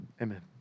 Amen